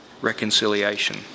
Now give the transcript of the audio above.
reconciliation